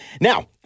Now